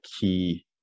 key